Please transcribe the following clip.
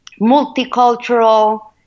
multicultural